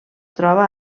troba